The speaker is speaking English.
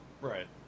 Right